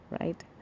right